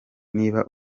niba